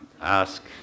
Ask